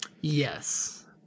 Yes